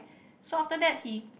so after that he